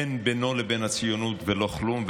אין בינו לבין הציונות ולא כלום,